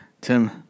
Tim